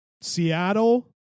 Seattle